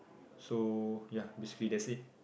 so ya basically that's it